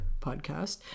podcast